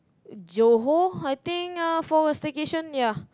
Johor I think uh for a staycation ya